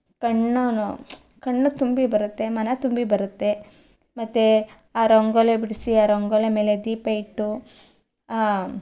ಕಣ್ಣೂ ಕಣ್ಣು ತುಂಬಿ ಬರುತ್ತೆ ಮನ ತುಂಬಿ ಬರುತ್ತೆ ಮತ್ತೆ ಆ ರಂಗೋಲೆ ಬಿಡಿಸಿ ಆ ರಂಗೋಲಿ ಮೇಲೆ ದೀಪ ಇಟ್ಟು